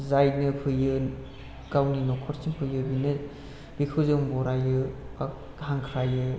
जायनो फैयो गावनि नखरथिं फैयो बिनो बेखौ जों बरायो हांख्रायो